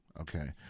Okay